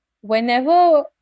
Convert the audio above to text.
whenever